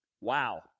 Wow